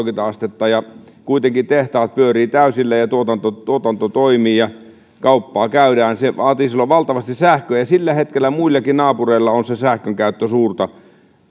astetta ja kuitenkin tehtaat pyörivät täysillä ja tuotanto tuotanto toimii ja kauppaa käydään se vaatii silloin valtavasti sähköä ja sillä hetkellä muillakin naapureilla on se sähkönkäyttö suurta